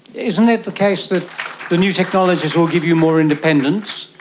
isn't it the case that the new technologies will give you more independence?